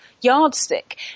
yardstick